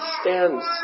stands